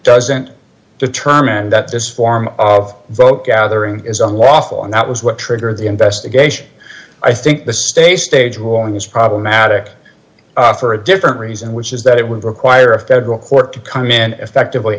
doesn't determine that this form of vote gathering is unlawful and that was what triggered the investigation i think the stay stage long is problematic for a different reason which is that it would require a federal court to come in and effectively